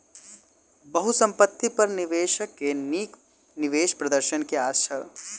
बहुसंपत्ति पर निवेशक के नीक निवेश प्रदर्शन के आस छल